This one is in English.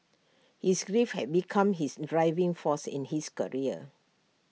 his grief had become his driving force in his career